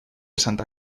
santa